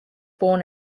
born